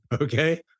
okay